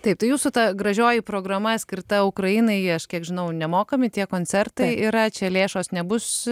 taip tai jūsų ta gražioji programa skirta ukrainai jiems kiek žinau nemokami tie koncertai yra čia lėšos nebus